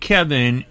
Kevin